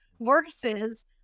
versus